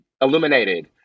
illuminated